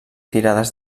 tirades